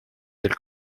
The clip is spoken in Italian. del